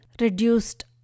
reduced